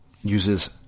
uses